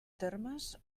termes